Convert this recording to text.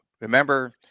remember